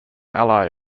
ally